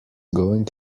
going